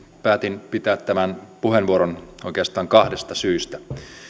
päätin pitää tämän puheenvuoron oikeastaan kahdesta syystä